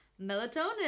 melatonin